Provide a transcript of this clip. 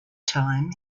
time